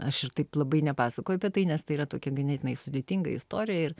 aš ir taip labai nepasakoju apie tai nes tai yra tokia ganėtinai sudėtinga istorija ir